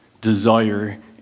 desire